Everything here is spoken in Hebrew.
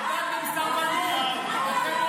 אתה עודדת סרבנות.